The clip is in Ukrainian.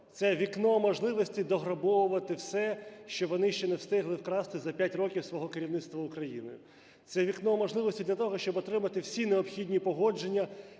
це вікно можливостей дограбовувати все, що вони не встигли вкрасти за 5 років свого керівництва Україною, це вікно можливостей для того, щоб отримати всі необхідні погодження,